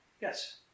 yes